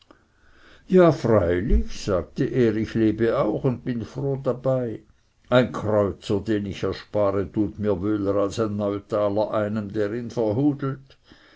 ja freilich sagte er ich lebe auch und bin froh dabei ein kreuzer den ich erspare tut mir wöhler als ein neutaler einem der ihn